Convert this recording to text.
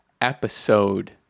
episode